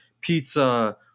pizza